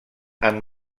amb